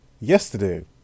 Yesterday